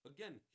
Again